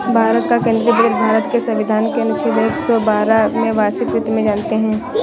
भारत का केंद्रीय बजट भारत के संविधान के अनुच्छेद एक सौ बारह में वार्षिक वित्त में जानते है